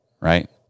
right